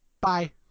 Bye